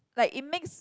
like it makes